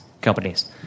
companies